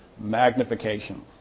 Magnification